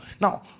Now